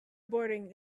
boarding